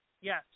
Yes